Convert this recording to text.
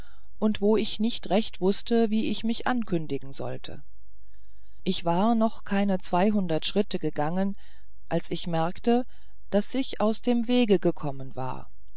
und wo ich nicht recht wußte wie ich mich ankündigen sollte ich war noch keine zweihundert schritte gegangen als ich bemerkte daß ich aus dem wege gekommen war